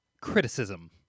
criticism